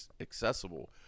accessible